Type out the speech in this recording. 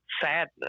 sadness